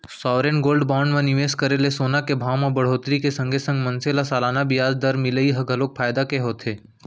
sovereign gold bond म निवेस करे ले सोना के भाव म बड़होत्तरी के संगे संग मनसे ल सलाना बियाज दर मिलई ह घलोक फायदा के होथे